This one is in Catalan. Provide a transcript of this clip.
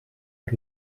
per